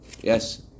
Yes